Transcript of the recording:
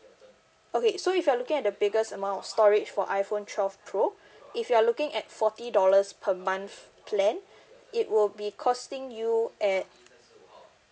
okay so if you're looking at the biggest amount of storage for iphone twelve pro if you're looking at forty dollars per month plan it would be costing you at